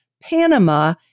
Panama